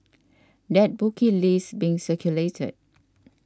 that bookie list being circulated